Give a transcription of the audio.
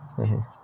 mmhmm